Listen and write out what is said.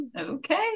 Okay